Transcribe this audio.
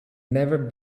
never